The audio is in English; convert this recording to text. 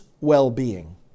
well-being